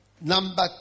Number